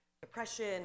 depression